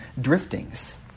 driftings